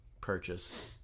Purchase